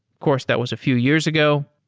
course, that was a few years ago.